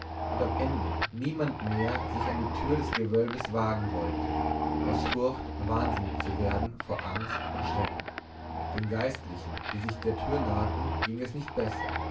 und am ende niemand mehr sich an die tür des gewölbes wagen wollte aus furcht wahnsinnig zu werden vor angst und schrecken den geistlichen die sich der tür nahten ging es nicht besser